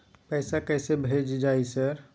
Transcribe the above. पैसा कैसे भेज भाई सर?